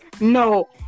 no